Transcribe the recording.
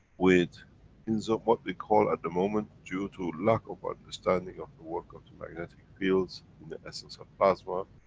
with things, of what we call at the moment, due to lack of understanding, of the work of the magnetic fields in the essence of plasma,